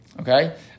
Okay